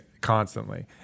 constantly